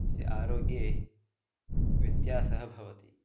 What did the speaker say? तस्य आरोग्ये व्यत्यासः भवति